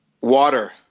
Water